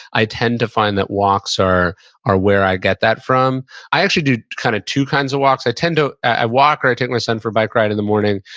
i tend to find that walks are are where i get that from i actually do kind of two kinds of walks, i tend to, i walk or i take my son for a bike ride in the morning,